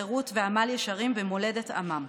חירות ועמל ישרים במולדת עמם".